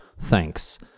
thanks